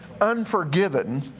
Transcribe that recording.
Unforgiven